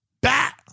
Bat